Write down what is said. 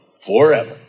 forever